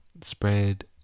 spread